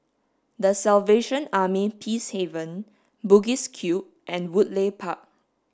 the Salvation Army Peacehaven Bugis Cube and Woodleigh Park